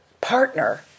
partner